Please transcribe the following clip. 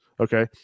Okay